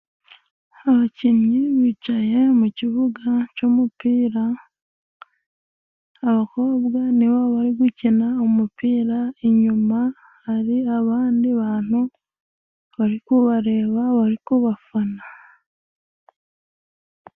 Abakinnyi bicaye mu kibuga cy'umupira, abakobwa ni bo bari gukina umupira, inyuma hari abandi bantu bari kubareba bari kubafana.